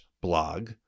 blog